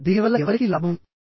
దీనివల్ల ఎవరికి లాభం